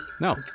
No